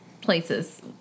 places